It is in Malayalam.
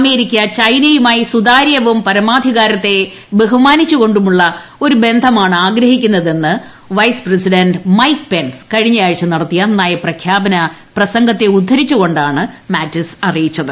അമേരിക്ക ചൈനയുമായി സുതാര്യവും പരമാധികാരത്തെ ബ്ഹുമാനിച്ചു കൊണ്ടുള്ള ഒരു ബന്ധമാണ് ആഗ്രഹിക്കുന്നതെന്ന് വ്വൈസ് പ്രസിഡന്റ് മൈക്ക് പെൻസ് കഴിഞ്ഞാഴ്ച നടത്തിയ നയപ്പ്പ്പ്യാപന പ്രസംഗത്തെ ഉദ്ദരിച്ചു കൊണ്ട് മാറ്റിസ് അറിയിച്ചു